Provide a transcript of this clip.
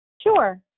Sure